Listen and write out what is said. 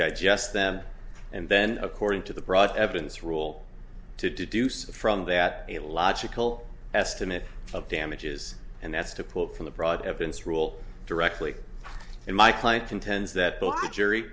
digest them and then according to the brought evidence rule to deduce from that a logical estimate of damages and that's to pull from the broad evidence rule directly in my client contends that